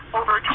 over